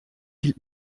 hielt